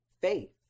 faith